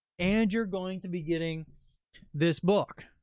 and you're going to be getting this book.